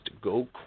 go